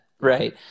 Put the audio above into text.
right